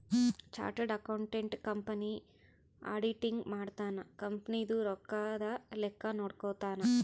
chartered accountant company auditing ಮಾಡ್ತನ company ದು ರೊಕ್ಕದ ಲೆಕ್ಕ ನೋಡ್ಕೊತಾನ